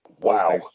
Wow